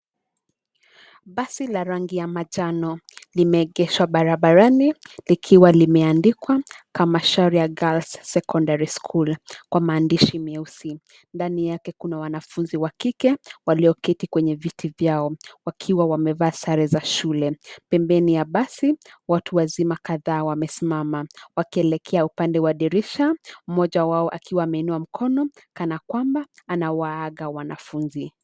Basi la rangi ya manjano, limeegeshwa barabarani likiwa limeandikwa Kamacharia girls secondary school kwa maandishi meusi. Ndani yake, kuna wanafunzi wa kike walioketi kwenye viti vyao wakiwa wamevaa sare za shule. Pembeni ya basi, watu wazima kadhaa wamesimama wakielekea upande wa dirisha, mmoja wao akiwa ameinua mkono kana kwamba anawaaga wanafunzi.